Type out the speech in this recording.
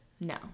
No